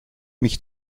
mich